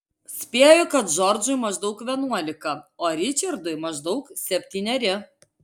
spėju kad džordžui maždaug vienuolika o ričardui maždaug septyneri